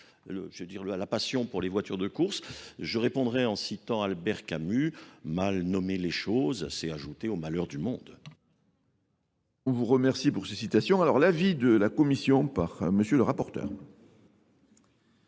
j'ignorais la passion pour les voitures de course, je répondrai en citant Albert Camus, mal nommé les choses, c'est ajouté au malheur du monde. Je vous remercie pour ces citations. Alors l'avis de la commission par monsieur le rapporteur.